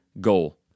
goal